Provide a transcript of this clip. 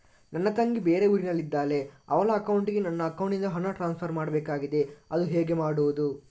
ನನ್ನ ತಂಗಿ ಬೇರೆ ಊರಿನಲ್ಲಿದಾಳೆ, ಅವಳ ಅಕೌಂಟಿಗೆ ನನ್ನ ಅಕೌಂಟಿನಿಂದ ಹಣ ಟ್ರಾನ್ಸ್ಫರ್ ಮಾಡ್ಬೇಕಾಗಿದೆ, ಅದು ಹೇಗೆ ಮಾಡುವುದು?